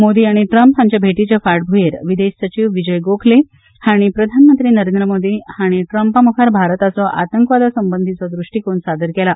मोदी आनी ट्रंप हांच्या भेटीच्या फांटभुयेर विदेश सचीव विजय गोखले हांणी प्रधानमंत्री नरेंद्र मोदी हांणी ट्रंपामुखार भारताचो आतंकवादासंबंधीचो द्रष्टीकोन सादर केला